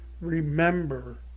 remember